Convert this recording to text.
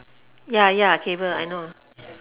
ya ya cable I know